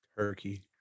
turkey